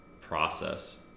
process